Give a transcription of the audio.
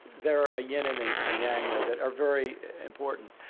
they're a yin and a a yang there that are very important.